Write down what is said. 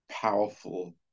powerful